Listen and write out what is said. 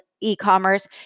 e-commerce